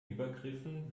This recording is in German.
übergriffen